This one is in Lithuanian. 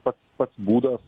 pats pats būdas